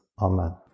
Amen